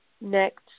next